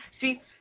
See